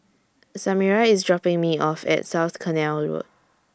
Samira IS dropping Me off At South Canal Road